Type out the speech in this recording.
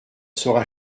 sera